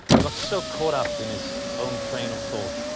and got so caught up in his own train of thought,